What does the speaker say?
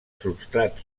substrat